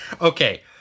Okay